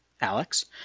Alex